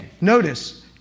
Notice